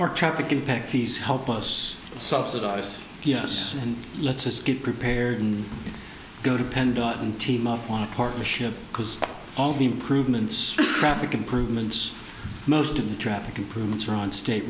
our traffic impact these help us subsidize us and lets us get prepared and go to pendleton team up on a partnership because all the improvements traffic improvements most of the traffic improvements are on state